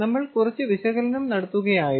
നമ്മൾ കുറച്ച് വിശകലനം നടത്തുകയായിരുന്നു